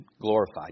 glorified